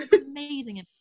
Amazing